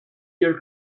your